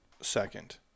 second